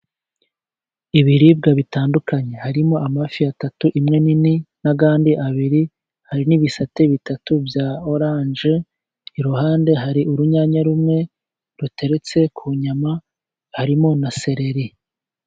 Ibiribwa bitandukanye harimo amafi atatu, imwe nini n'ayandi abiri. Hari n'ibisate bitatu bya oranje, iruhande hari urunyanya rumwe ruteretse ku nyama, harimo na sereri.